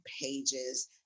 pages